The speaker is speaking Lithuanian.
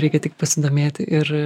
reikia tik pasidomėti ir